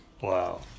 Wow